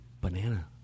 Banana